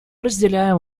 разделяем